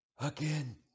Again